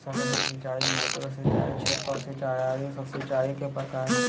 सतही सिंचाई, माइक्रो सिंचाई, छिड़काव सिंचाई आदि सब सिंचाई के प्रकार हय